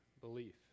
belief